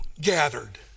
gathered